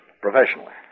professionally